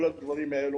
כל הדברים האלו,